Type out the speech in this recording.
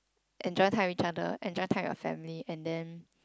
enjoy time with each other enjoy time with your family and then